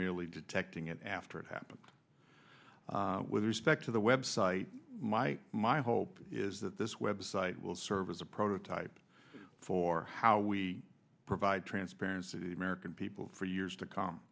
merely detecting it after it happened with respect to the web site my my hope is that this web site will serve as a prototype for how we provide transparency american people for years to c